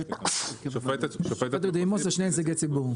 שופטת בדימוס ושני נציגי ציבור.